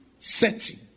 setting